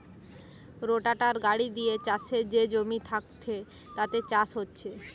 রোটাটার গাড়ি দিয়ে চাষের যে জমি থাকছে তাতে চাষ হচ্ছে